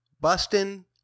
Bustin